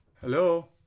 Hello